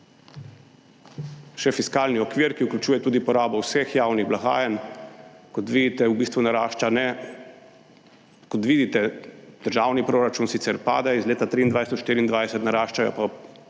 Še fiskalni okvir, ki vključuje tudi porabo vseh javnih blagajn, kot vidite, v bistvu narašča, kot vidite, državni proračun sicer pada iz leta 2023/ 2024, naraščajo pa